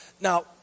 now